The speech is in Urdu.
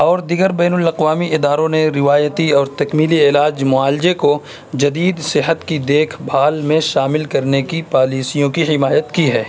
اور دیگر بین الاقوامی اداروں نے روایتی اور تکمیلی علاج معالجے کو جدید صحت کی دیکھ بھال میں شامل کرنے کی پالیسیوں کی حمایت کی ہے